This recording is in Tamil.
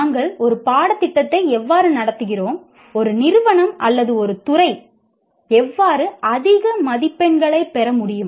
நாங்கள் ஒரு பாடத்திட்டத்தை எவ்வாறு நடத்துகிறோம் ஒரு நிறுவனம் அல்லது ஒரு துறை எவ்வாறு அதிக மதிப்பெண்களைப் பெற முடியும்